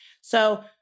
So-